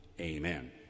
Amen